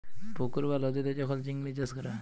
পুকুর বা লদীতে যখল চিংড়ি চাষ ক্যরা হ্যয়